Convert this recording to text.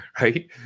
right